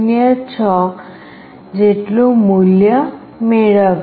06 જેટલું મૂલ્ય મેળવ્યું